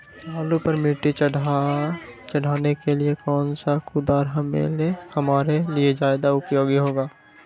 आलू पर मिट्टी चढ़ाने के लिए कौन सा कुदाल हमारे लिए ज्यादा उपयोगी होगा?